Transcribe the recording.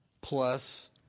plus